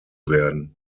werden